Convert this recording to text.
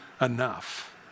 enough